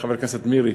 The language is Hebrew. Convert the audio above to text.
חברת הכנסת מירי,